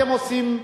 אתם עושים,